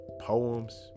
poems